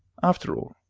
after all,